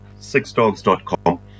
sixdogs.com